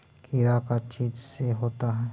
कीड़ा का चीज से होता है?